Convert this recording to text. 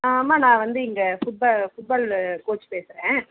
அம்மா நான் வந்து இங்கே ஃபுட்பா ஃபுட் பால் கோச் பேசுகிறேன்